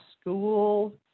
school